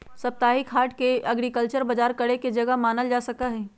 साप्ताहिक हाट के भी एग्रीकल्चरल बजार करे के जगह मानल जा सका हई